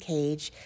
Cage